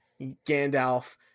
gandalf